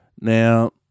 Now